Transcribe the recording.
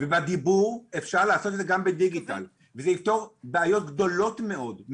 ובדיבור אפשר לעשות את זה גם בדיגיטל ולפתור בעיות גדולות מאוד,